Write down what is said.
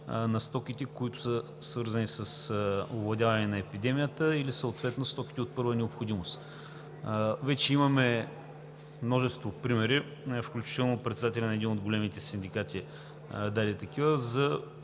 на стоките, които са свързани с овладяване на епидемията или съответно стоки от първа необходимост. Вече имаме множество примери, включително председателят на един от големите синдикати даде такива за